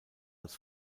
als